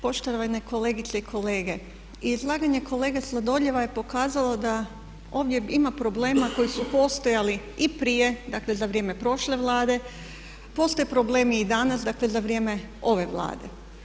Poštovane kolegice i kolege, izlaganje kolege Sladoljeva je pokazalo da ovdje ima problema koji su postojali i prije dakle za vrijeme prošle Vlade, postoje problemi i danas dakle za vrijeme ove Vlade.